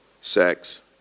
sex